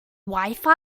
wifi